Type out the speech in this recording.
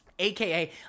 AKA